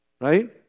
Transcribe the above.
right